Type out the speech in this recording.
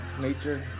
nature